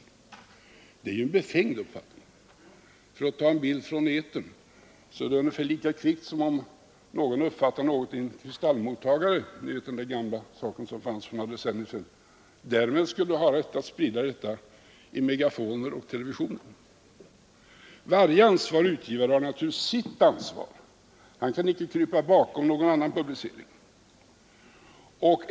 Det är en befängd uppfattning. För att ta en bild från etern är det lika kvickt som om någon, som uppfattar någonting i en kristallmottagare — ni vet den lilla apparaten som fanns för några decennier sedan — därmed skulle ha rätt att sprida detta i megafoner och television. Varje ansvarig utgivare har naturligtvis sitt ansvar. Han kan inte krypa bakom någon annan publicering.